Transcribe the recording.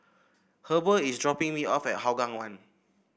Heber is dropping me off at Hougang One